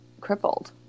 crippled